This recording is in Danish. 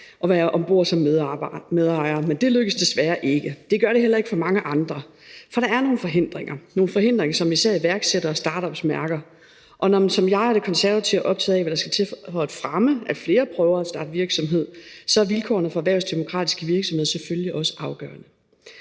og være om bord som medejere, men det lykkedes desværre ikke. Det gør det heller ikke for mange andre, for der er nogle forhindringer. Det er nogle forhindringer, som især iværksættere og startups mærker, og når man som jeg og Det Konservative Folkeparti er optaget af, hvad der skal til for at fremme, at flere prøver at starte virksomhed, er vilkårene for erhvervsdemokratiske virksomheder selvfølgelig også afgørende.